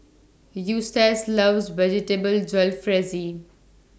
Eustace loves Vegetable Jalfrezi